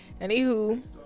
Anywho